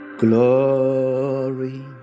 Glory